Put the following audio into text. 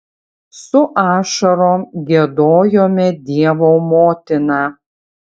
su ašarom giedojome dievo motiną